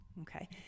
okay